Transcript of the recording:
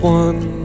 one